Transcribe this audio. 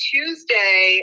Tuesday